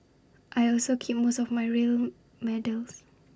I also keep most of my real medals